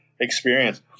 experience